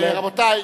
רבותי,